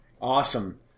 Awesome